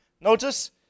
Notice